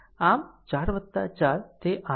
આમ 4 4 તે 8